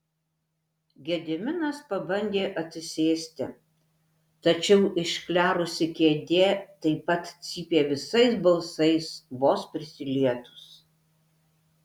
gediminas pabandė atsisėsti tačiau išklerusi kėdė taip pat cypė visais balsais vos prisilietus